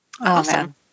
Awesome